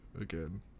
again